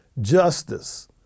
Justice